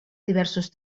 diversos